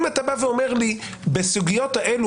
אם אתה אומר לי שבסוגיות האלה,